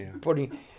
putting